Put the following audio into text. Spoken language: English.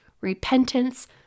repentance